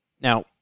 Now